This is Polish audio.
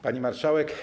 Pani Marszałek!